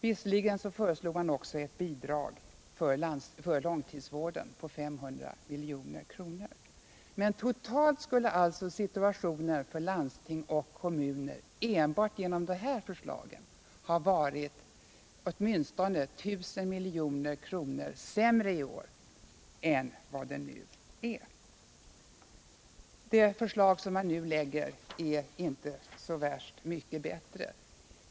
Visserligen föreslog man för ett år sedan också ett bidrag till långtidsvården på 500 milj.kr., men totalt skulle situationen för landsting och kommuner enbart genom dessa förslag ha varit åtminstone 1000 milj.kr. sämre i år än vad den nu är. Det förslag som socialdemokraterna nu lägger fram är inte så värst mycket bättre.